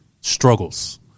struggles